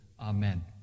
Amen